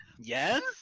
Yes